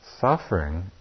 suffering